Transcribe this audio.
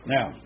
Now